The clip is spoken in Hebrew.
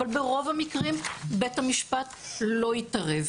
אבל ברוב המקרים בית המשפט לא יתערב,